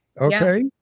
Okay